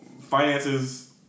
finances